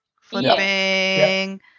Flipping